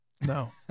No